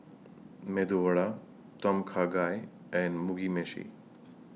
Medu Vada Tom Kha Gai and Mugi Meshi